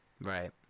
Right